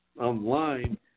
online